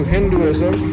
Hinduism